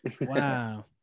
Wow